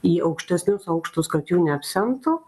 į aukštesnius aukštus kad jų neapsemtų